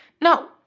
No